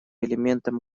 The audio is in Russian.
элементом